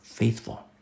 Faithful